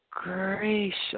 Gracious